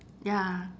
ya